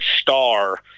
Star